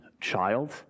child